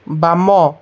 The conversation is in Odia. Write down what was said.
ବାମ